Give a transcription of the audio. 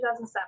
2007